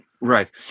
Right